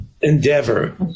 endeavor